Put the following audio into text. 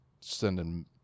sending